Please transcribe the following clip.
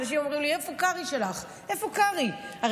ואנשים אומרים לי: איפה קרעי שלך?